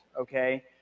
okay